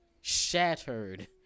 Shattered